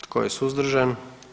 Tko je suzdržan?